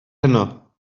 heno